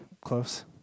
close